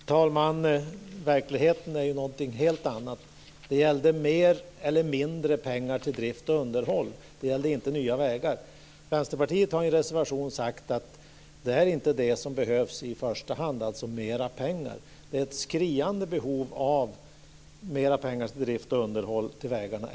Fru talman! Verkligheten är ju någonting helt annat. Frågan gällde mer eller mindre pengar till drift och underhåll. Den gällde inte nya vägar. Vänsterpartiet har i en reservation sagt att mer pengar inte är det som behövs i första hand. Det är ett skriande behov av mer pengar till drift och underhåll till vägarna.